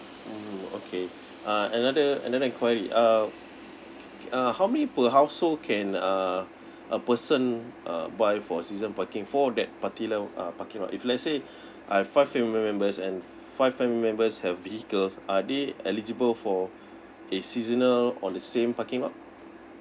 mm okay uh another another enquiry uh uh how many per household can uh a person uh buy for season parking for that party liau uh parking lot if let's say I have five family members and five family members have vehicles are they eligible for a seasonal on the same parking lot